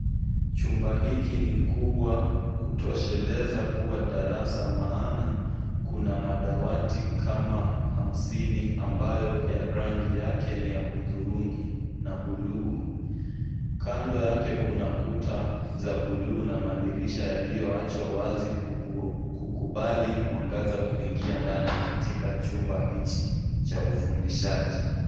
Chumba hiki ni kubwa kutosheleza kuwa darasa, maana kuna madawati kama hamsini ambayo ya rangi yake niya hudhurungi na buluu. Kando yake kunakuta za buluu na madirisha yaliyoachwa wazi kukubali mwangaza kuingia ndani katika chumba hichi cha ufundishaji.